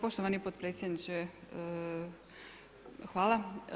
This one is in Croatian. Poštovani potpredsjedniče, hvala.